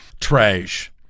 trash